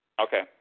Okay